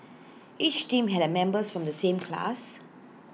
each team had members from the same class